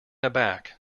aback